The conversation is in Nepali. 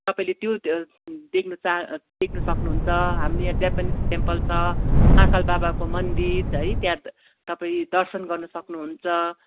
तपाईँले त्यो देख्नु चाहा देख्नु सक्नु हुन्छ हामीले यहाँ जापानिज ट्याम्पल छ महाकाल बाबाको मन्दिर है त्यहाँ तपाईँ दर्शन गर्नु सक्नु हुन्छ